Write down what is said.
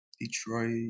Detroit